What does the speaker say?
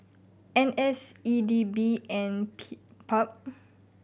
N S E D B and P PUB